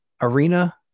Arena